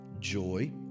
joy